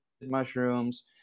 mushrooms